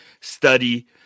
study